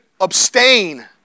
abstain